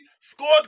scored